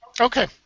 Okay